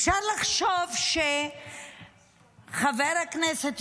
אפשר לחשוב שחבר הכנסת,